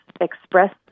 express